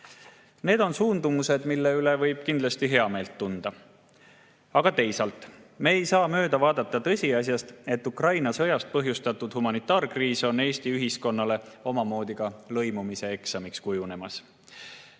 Need on suundumused, mille üle võib kindlasti heameelt tunda. Teisalt ei saa me mööda vaadata tõsiasjast, et Ukraina sõja põhjustatud humanitaarkriis on Eesti ühiskonnale omamoodi lõimumise eksamiks kujunemas.